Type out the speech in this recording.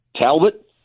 Talbot